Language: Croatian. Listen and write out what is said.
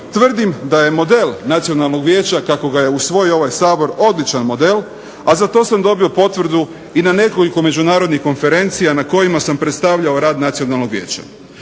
Tvrdim da je model Nacionalnog vijeća kako ga je usvojio ovaj Sabor odličan model, a za to sam dobio potvrdu i na nekoliko međunarodnih konferencija na kojima sam predstavljao rad Nacionalnog vijeća.